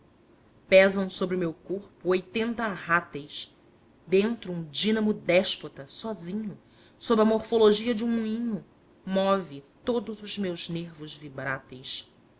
pesam sobre o meu corpo oitenta arráteis dentro um dínamo déspota sozinho sob a morfologia de um moinho move todos os meus nervos vibráteis